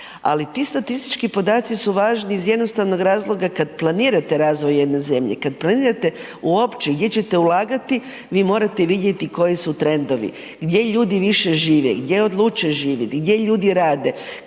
Ali ti statistički podaci su važni iz jednostavnog razloga kada planirate razvoj jedne zemlje, kada planirate uopće gdje ćete ulagati vi morate vidjeti koji su trendovi, gdje ljudi više žive, gdje odlučuju živjeti, gdje ljudi rade,